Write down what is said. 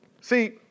See